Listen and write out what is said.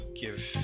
give